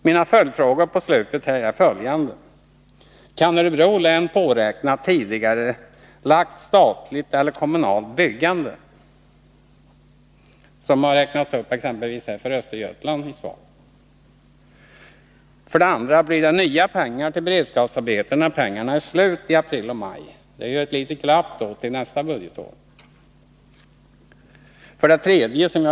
Mina följdfrågor är: Kan Örebro län påräkna tidigarelagt statligt eller kommunalt byggande, som har angivits i det lämnade svaret exempelvis beträffande Östergötland? Blir det nya pengar till beredskapsarbeten när pengarna är slut i april och maj? Det är ju ett litet glapp då till nästa budgetår.